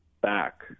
back